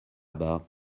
bas